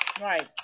Right